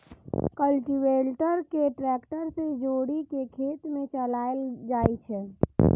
cultivator कें tractor सं जोड़ि कें खेत मे चलाएल जाइ छै